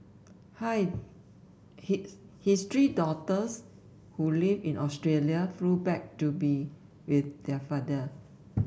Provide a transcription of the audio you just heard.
hi his his three daughters who live in Australia flew back to be with their father